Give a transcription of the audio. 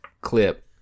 clip